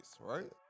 right